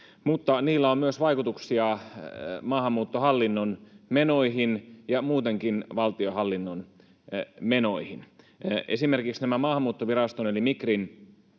Mutta niillä on myös vaikutuksia maahanmuuttohallinnon menoihin ja muutenkin valtionhallinnon menoihin. Esimerkiksi nämä Maahanmuuttoviraston eli Migrin